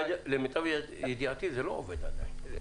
-- למיטב ידיעתי זה לא עובד עדין.